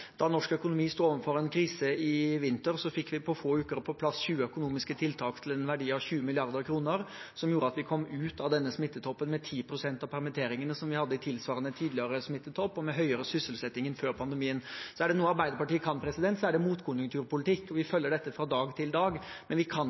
Da norsk økonomi sto overfor en krise i vinter, fikk vi på få uker på plass 20 økonomiske tiltak til en verdi av 20 mrd. kr, som gjorde at vi kom ut av denne smittetoppen med 10 pst. av permitteringene vi hadde i tilsvarende tidligere smittetopp, og med høyere sysselsetting enn før pandemien. Er det noe Arbeiderpartiet kan, er det motkonjunkturpolitikk, og vi følger dette fra dag til dag. Men vi kan